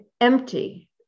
empty